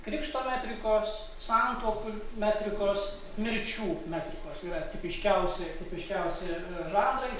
krikšto metrikos santuokų metrikos mirčių metrikos yra tipiškiausi tipiškiausi žanrai